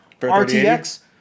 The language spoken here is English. rtx